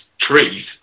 trees